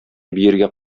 биергә